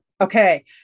Okay